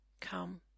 come